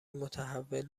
متحول